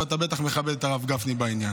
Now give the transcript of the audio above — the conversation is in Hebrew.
אני מזכיר את הרב גפני לפני,